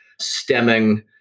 stemming